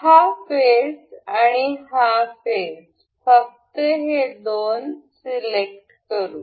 हा फेस आणि हा फेस फक्त हे दोन सिलेक्ट करू